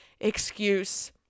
excuse